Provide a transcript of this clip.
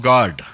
God